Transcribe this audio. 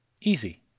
Easy